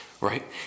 Right